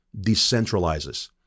decentralizes